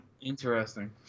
Interesting